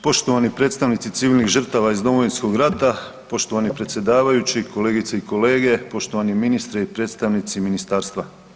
Poštovani predstavnici civilnih žrtava iz Domovinskog rata, poštovani predsjedavajući, kolegice i kolete, poštovani ministre i predstavnici ministarstva.